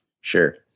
sure